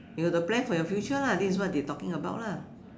you got to plan for your future lah this is what they talking about lah